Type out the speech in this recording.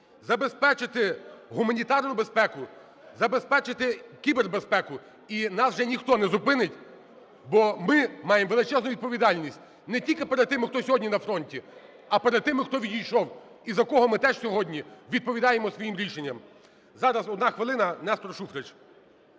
забезпечити гуманітарну безпеку, забезпечити кібербезпеку. І нас вже ніхто не зупинить, бо ми маємо величезну відповідальність не тільки перед тими, хто сьогодні на фронті, а перед тими, хто відійшов, і за кого ми теж сьогодні відповідаємо своїм рішенням. Зараз, одна хвилина, Нестор Шуфрич.